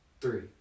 Three